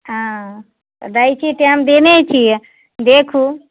ओ दय छी टाइम देने छी देखू